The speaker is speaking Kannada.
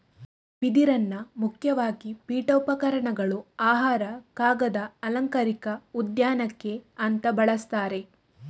ಬಿದಿರನ್ನ ಮುಖ್ಯವಾಗಿ ಪೀಠೋಪಕರಣಗಳು, ಆಹಾರ, ಕಾಗದ, ಅಲಂಕಾರಿಕ ಉದ್ಯಾನಕ್ಕೆ ಅಂತ ಬಳಸ್ತಾರೆ